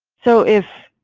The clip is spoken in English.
so if